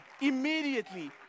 immediately